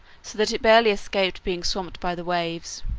so that it barely escaped being swamped by the waves.